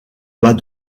bas